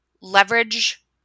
leverage